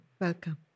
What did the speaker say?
Welcome